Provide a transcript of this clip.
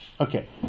Okay